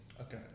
Okay